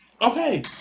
okay